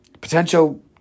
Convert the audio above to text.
potential